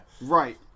Right